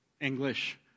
English